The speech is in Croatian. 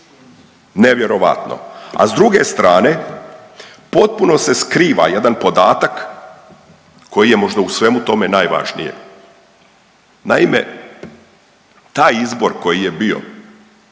Nevjerojatno. A s druge strane potpuno se skriva jedan podatak koji je možda u svemu tome najvažnije. Naime, taj izbor koji je bio